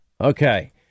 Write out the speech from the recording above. Okay